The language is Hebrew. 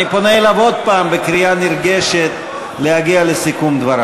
אני פונה אליו עוד הפעם בקריאה נרגשת להגיע לסיכום דבריו.